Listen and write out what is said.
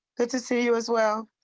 good to see you as well.